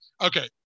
okay